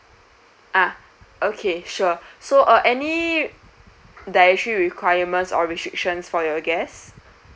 ah okay sure so uh any dietary requirements or restrictions for your guests